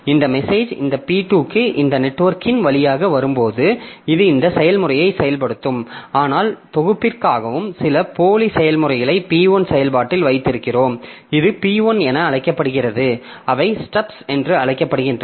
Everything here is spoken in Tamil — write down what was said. இந்த மெசேஜ் இந்த P2 க்கு இந்த நெட்வொர்க்கின் வழியாக வரும்போது இது இந்த செயல்முறையை செயல்படுத்தும் ஆனால் தொகுப்பிற்காகவும் சில போலி செயல்முறைகளை P1 செயல்பாட்டில் வைத்திருக்கிறோம் இது P1 என அழைக்கப்படுகிறது அவை ஸ்டப்ஸ் என்று அழைக்கப்படுகின்றன